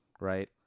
right